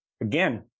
Again